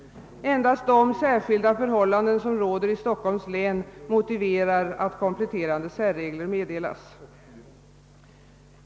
Endast de särskilda förhållanden som råder i Stockholms län motiverar att kompletterande särregler meddelas.